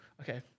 Okay